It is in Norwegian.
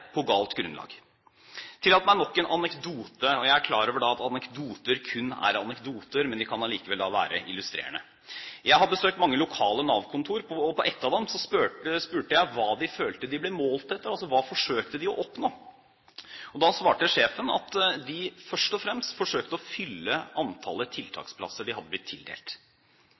på galt grunnlag. Jeg tillater meg nok en anekdote, og jeg er klar over at anekdoter kun er anekdoter, men de kan likevel være illustrerende. Jeg har besøkt mange lokale Nav-kontorer. På et av dem spurte jeg hva de følte de ble målt etter – altså hva de forsøkte å oppnå. Da svarte sjefen at de først og fremst forsøkte å fylle antallet tiltaksplasser de hadde blitt tildelt.